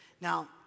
Now